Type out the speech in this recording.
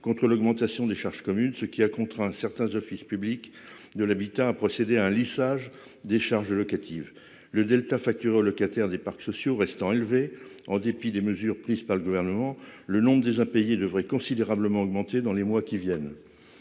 contre l'augmentation des charges communes, ce qui a contraint certains offices publics de l'habitat à procéder à un lissage des charges locatives. Le delta facturé aux locataires des parcs sociaux restant élevé en dépit des mesures prises par le Gouvernement, le nombre des impayés devrait considérablement augmenter dans les mois qui viennent.